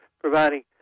providing